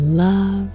love